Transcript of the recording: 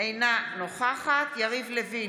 אינה נוכחת יריב לוין,